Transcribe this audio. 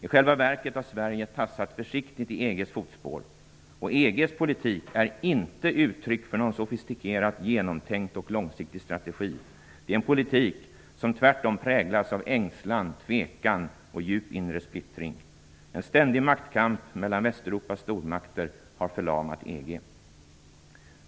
I själva verket har Sverige tassat försiktigt i EG:s fotspår. EG:s politik är inte uttryck för någon sofistikerat genomtänkt och långsiktig strategi. Det är en politik som tvärtom präglas av ängslan, tvekan och djup inre splittring. En ständig maktkamp mellan Västeuropas stormakter har förlamat EG.